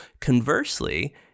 Conversely